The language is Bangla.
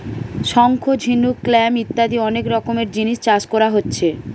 শঙ্খ, ঝিনুক, ক্ল্যাম ইত্যাদি অনেক রকমের জিনিস চাষ কোরা হচ্ছে